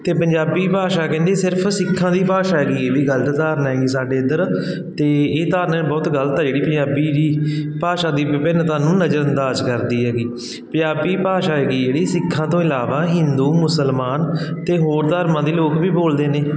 ਅਤੇ ਪੰਜਾਬੀ ਭਾਸ਼ਾ ਕਹਿੰਦੇ ਸਿਰਫ ਸਿੱਖਾਂ ਦੀ ਭਾਸ਼ਾ ਹੈਗੀ ਇਹ ਵੀ ਗਲਤ ਧਾਰਨਾ ਹੈਗੀ ਸਾਡੇ ਇੱਧਰ ਅਤੇ ਇਹ ਧਾਰਨਾ ਬਹੁਤ ਗਲਤ ਹੈ ਜਿਹੜੀ ਪੰਜਾਬੀ ਦੀ ਭਾਸ਼ਾ ਦੀ ਵਿਭਿੰਨਤਾ ਨੂੰ ਨਜ਼ਰ ਅੰਦਾਜ਼ ਕਰਦੀ ਹੈਗੀ ਪੰਜਾਬੀ ਭਾਸ਼ਾ ਹੈਗੀ ਜਿਹੜੀ ਸਿੱਖਾਂ ਤੋਂ ਇਲਾਵਾ ਹਿੰਦੂ ਮੁਸਲਮਾਨ ਅਤੇ ਹੋਰ ਧਰਮਾਂ ਦੇ ਲੋਕ ਵੀ ਬੋਲਦੇ ਨੇ